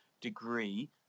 degree